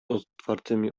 otwartymi